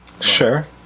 Sure